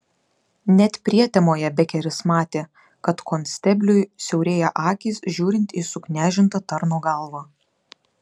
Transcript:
net prietemoje bekeris matė kad konstebliui siaurėja akys žiūrint į suknežintą tarno galvą